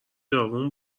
جوون